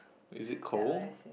is it cold